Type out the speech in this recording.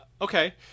Okay